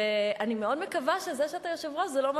ואני מאוד מקווה שזה שאתה יושב-ראש לא אומר